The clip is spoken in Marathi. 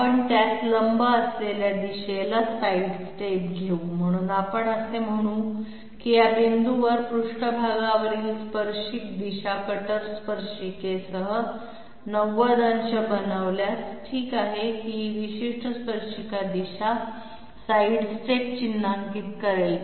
आपण त्यास लंब असलेल्या दिशेला साईड स्टेप घेऊ म्हणून आपण असे म्हणू की या बिंदूवर पृष्ठभागावरील स्पर्शिक दिशा कटर स्पर्शिकेसह 90 अंश बनविल्यास ठीक आहे की ही विशिष्ट स्पर्शिक दिशा साईड स्टेप चिन्हांकित करेल